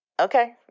Okay